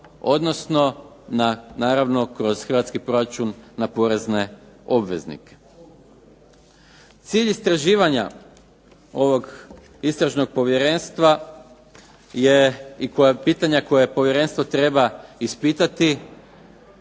odnosno na naravno kroz hrvatski proračun na porezne obveznike. Cilj istraživanja ovog Istražnog povjerenstva je, i pitanja koja povjerenstvo treba ispitati,